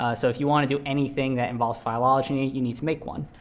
ah so if you want to do anything that involves phylogeny, you need to make one.